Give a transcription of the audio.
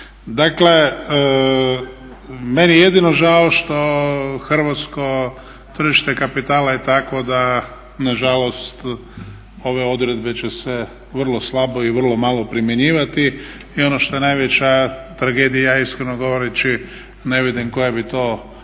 Dakle, meni je jedino žao što hrvatsko tržište kapitala je takvo da nažalost ove odredbe će se vrlo slabo i vrlo malo primjenjivati. Ono što je najveća tragedija iskreno govoreći ne vidim koja bi to sljedeća